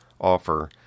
offer